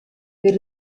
per